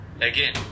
again